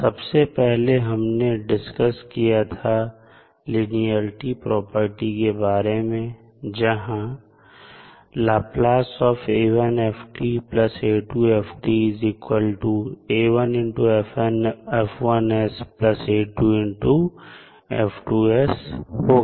सबसे पहले हमने डिस्कस किया था लिनियेरिटी प्रॉपर्टी के बारे में जहां होगा